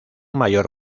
mayor